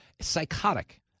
Psychotic